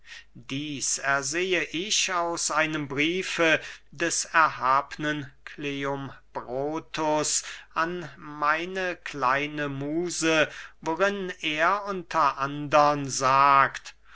dieß ersehe ich aus einem briefe des erhabnen kleombrotus an meine kleine muse worin er unter andern sagt